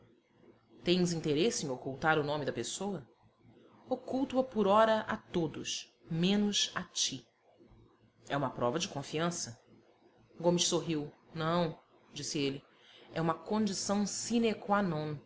tens interesse em ocultar o nome da pessoa oculto o por ora a todos menos a ti é uma prova de confiança gomes sorriu não disse ele é uma condição